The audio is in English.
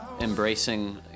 embracing